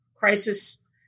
crisis